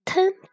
Ten